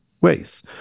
ways